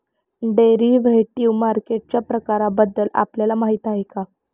Derivative मार्केटच्या प्रकारांबद्दल आपल्याला माहिती आहे का?